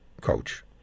coach